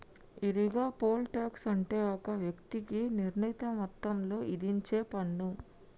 ఈరిగా, poll tax అంటే ఒక వ్యక్తికి నిర్ణీత మొత్తంలో ఇధించేపన్ను